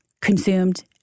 consumed